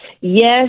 Yes